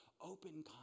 open